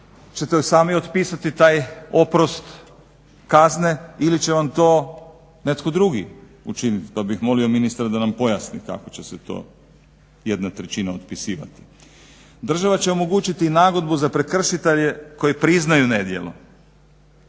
ćete sami otpisati taj oprost kazne ili će vam to netko drugi učiniti. Pa bih molio ministra da nam pojasni kako će se to jedna trećina otpisivati. Država će omogućiti i nagodbu za prekršitelje koji priznaju nedjelo.